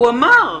הוא אמר.